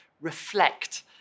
reflect